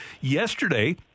Yesterday